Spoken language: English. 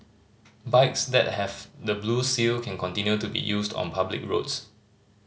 bikes that have the blue seal can continue to be used on public roads